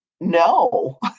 no